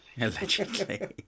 Allegedly